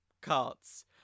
carts